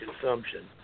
consumption